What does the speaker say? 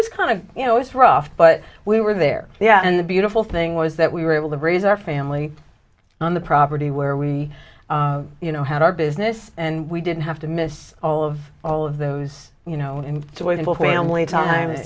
it's kind of you know it's rough but we were there yeah and the beautiful thing was that we were able to raise our family on the property where we you know had our business and we didn't have to miss all of all of those you know and to wait until family time